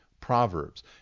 Proverbs